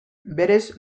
berez